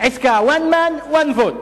One man, one vote.